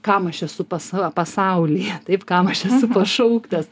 kam aš esu pasa pasaulyje taip kam aš esu pašauktas